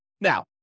Now